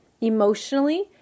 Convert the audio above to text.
emotionally